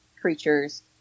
creatures